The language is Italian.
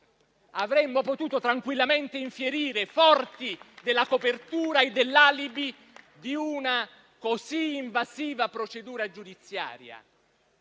Avremmo potuto tranquillamente infierire, forti della copertura e dell'alibi di una così invasiva procedura giudiziaria.